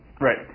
Right